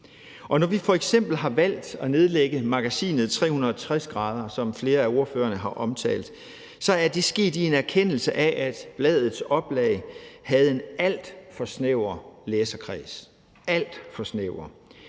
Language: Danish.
Når vi f.eks. har valgt at nedlægge Magasinet 360°, som flere af ordføreren har omtalt, er det sket i en erkendelse af, at bladets oplag havde en alt for snæver læserkreds – alt for snæver.